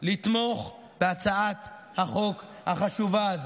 לתמוך בהצעת החוק החשובה הזו.